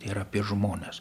tai yra apie žmones